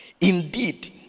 Indeed